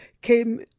came